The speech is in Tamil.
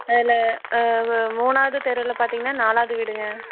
அதில் மூணாவது தெருவில் பார்த்தீங்கன்னா நாலாவது வீடுங்க